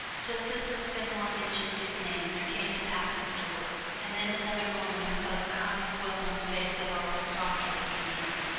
just as miss fenmore mentioned his name there came a tap at the door, and in another moment i saw the kind well-known face of our old doctor looking in.